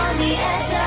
the edge